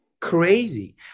crazy